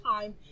time